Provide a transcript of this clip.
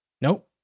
Nope